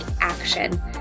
action